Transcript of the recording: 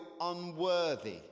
unworthy